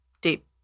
deep